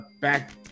back